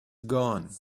gone